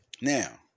Now